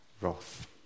wrath